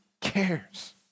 cares